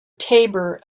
tabor